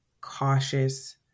cautious